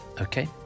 Okay